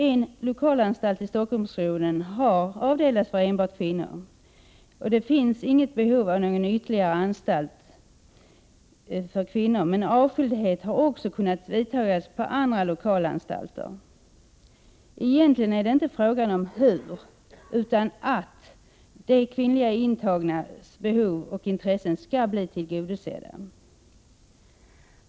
En lokalanstalt i Stockholmsregionen har avdelats för enbart kvinnor. Det finns inte behov av någon ytterligare anstalt för kvinnor, men avskildhet har också kunnat åstadkommas på andra lokala anstalter. Egentligen är det inte en fråga om hur utan att de kvinnliga intagnas behov och intressen skall bli tillgodosedda.